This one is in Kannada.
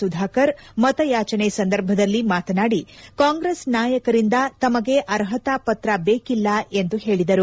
ಸುಧಾಕರ್ ಮತಯಾಚನೆ ಸಂದರ್ಭದಲ್ಲಿ ಮಾತನಾಡಿ ಕಾಂಗ್ರೆಸ್ ನಾಯಕರಿಂದ ತಮಗೆ ಅರ್ಹತಾ ಪತ್ರ ಬೇಕಿಲ್ಲ ಎಂದು ಹೇಳಿದರು